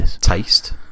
taste